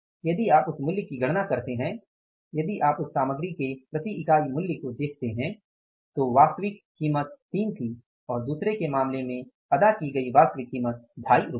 यदि आप उस मूल्य की गणना करते हैं यदि आप उस सामग्री के प्रति इकाई मूल्य को देखते है तो वास्तविक कीमत 3 थी और दूसरे के मामले में अदा की गई वास्तविक कीमत 250 है